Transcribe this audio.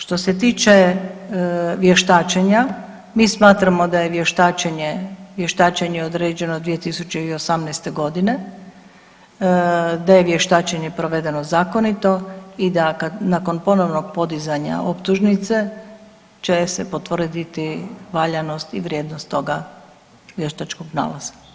Što se tiče vještačenja mi smatramo da je vještačenje, vještačenje je određeno 2018. godine, da je vještačenje provedeno zakonito i da kad nakon ponovnog podizanja optužnice će se potvrditi valjanost i vrijednost toga vještačkog nalaza.